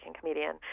comedian